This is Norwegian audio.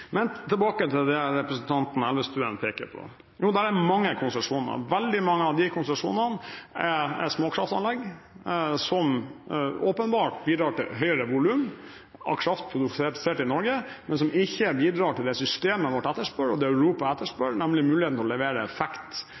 Men tilbake til det representanten Elvestuen peker på. Jo, det er mange konsesjoner, og veldig mange av de konsesjonene er småkraftanlegg, som åpenbart bidrar til høyere volum av kraft produsert i Norge, men som ikke bidrar til det systemet vårt etterspør, og det Europa etterspør, nemlig muligheten for å levere effekt